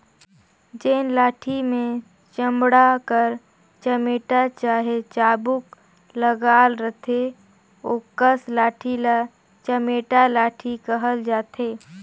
जेन लाठी मे चमड़ा कर चमेटा चहे चाबूक लगल रहथे ओकस लाठी ल चमेटा लाठी कहल जाथे